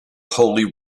holy